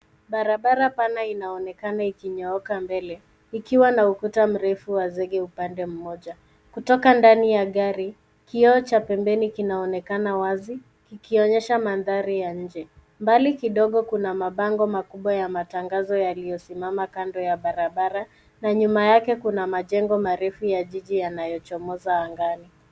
Barabara pana inaonekana ikinyooka mbele, ikiwa na ukuta mrefu wa zege upande mmoja. Kutoka ndani ya gari, kioo cha pembeni kinaonekana wazi kikionyesha mandhari ya nje. Mbali kidogo kuna mabango makubwa ya matangazo yaliyosimama kando ya barabara na nyuma yake kuna majengo marefu ya jiji yanayochomoza angani.